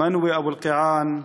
מנווא אבו אלקיעאן,